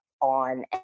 on